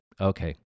okay